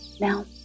Now